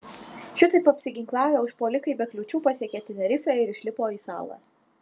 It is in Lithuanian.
šitaip apsiginklavę užpuolikai be kliūčių pasiekė tenerifę ir išlipo į salą